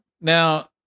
Now